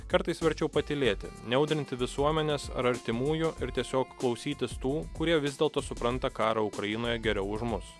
kartais verčiau patylėti neaudrinti visuomenės ar artimųjų ir tiesiog klausytis tų kurie vis dėlto supranta karą ukrainoje geriau už mus